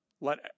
Let